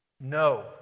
No